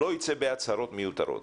שלא ייצא בהצהרות מיותרות.